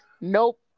Nope